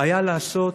הייתה הבעיה לעשות